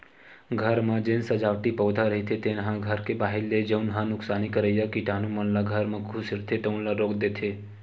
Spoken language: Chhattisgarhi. घर म जेन सजावटी पउधा रहिथे तेन ह घर के बाहिर ले जउन ह नुकसानी करइया कीटानु मन ल घर म खुसरथे तउन ल रोक देथे